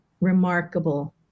remarkable